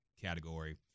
category